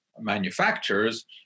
manufacturers